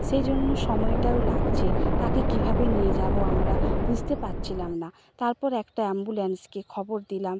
সেই জন্য সময়টাও লাগছে তাকে কীভাবে নিয়ে যাব আমরা বুঝতে পারছিলাম না তারপর একটা অ্যাম্বুলেন্সকে খবর দিলাম